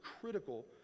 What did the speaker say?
critical